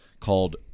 called